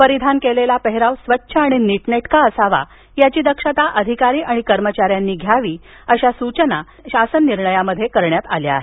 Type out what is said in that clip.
परिधान केलेला पेहराव स्वच्छ आणि नीटनेटका असावा याची दक्षता अधिकारी आणि कर्मचाऱ्यांनी घ्यावी अशा सुचना शासन निर्णयात करण्यात आल्या आहेत